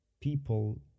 people